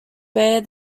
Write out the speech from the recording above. bear